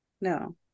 No